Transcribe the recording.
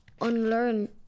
unlearn